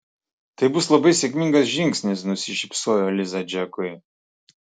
tai bus labai sėkmingas žingsnis nusišypsojo liza džekui